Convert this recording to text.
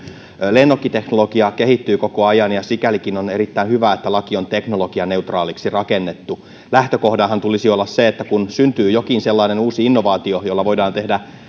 lennokkiteknologia kehittyy koko ajan ja sikälikin on erittäin hyvä että laki on teknologianeutraaliksi rakennettu lähtökohdanhan tulisi olla se että kun syntyy jokin sellainen uusi innovaatio jolla voidaan tehdä